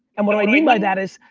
and what i mean by that is,